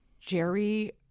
jerry